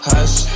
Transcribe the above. Hush